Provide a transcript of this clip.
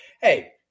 Hey